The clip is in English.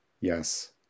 Yes